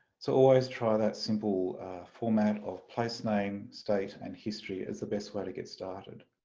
so always try that simple format of placename, state and history as the best way to get started.